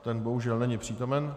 Ten bohužel není přítomen.